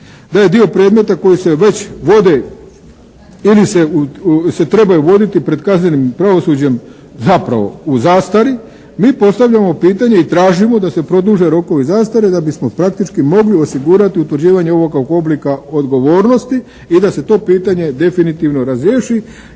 da je dio predmeta koji se već vode ili se trebaju voditi pred kaznenim pravosuđem zapravo u zastari mi postavljamo pitanje i tražimo da se produže rokovi zastare da bismo praktički mogli osigurati utvrđivanje ovakvog oblika odgovornosti i da se to pitanje definitivno razriješi,